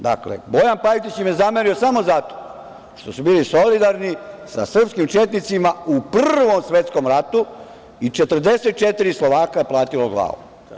Dakle, Bojan Pajtić im je zamerio samo zato što su bili solidarni sa srpskim četnicima u Prvom svetskom ratu i 44 Slovaka je platilo glavom.